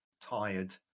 tired